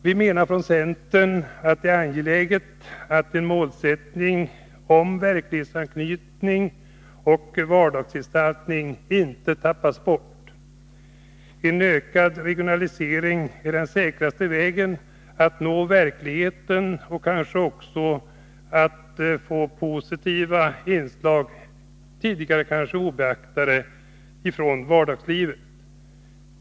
Vi menar från centern att det är angeläget att en målsättning om verklighetsanknytning och vardagsgestaltning inte tappas bort. En ökad regionalisering är den säkraste vägen att nå verkligheten och kanske också få positiva, tidigare kanske obeaktade, inslag ifrån vardagslivet.